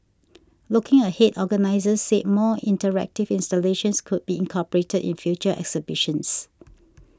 looking ahead organisers said more interactive installations could be incorporated in future exhibitions